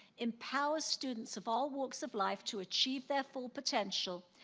empowers students of all walks of life to achieve their full potential,